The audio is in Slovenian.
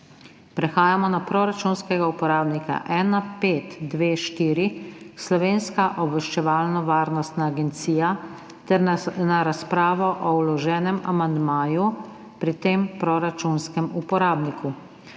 Prehajamo na proračunskega uporabnika 1524 Slovenska obveščevalno-varnostna agencija ter na razpravo o vloženem amandmaju pri tem proračunskem uporabniku.